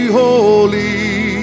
holy